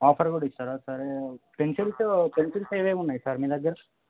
offer కూడా ఇస్తారా సరే పెన్సిల్సు పెన్సిల్స్ ఏవేవి ఉన్నాయి సార్ మీ దగ్గర